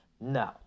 No